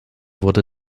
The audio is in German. wurde